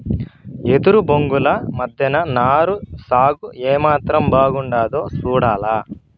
ఎదురు బొంగుల మద్దెన నారు సాగు ఏమాత్రం బాగుండాదో సూడాల